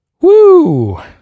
Woo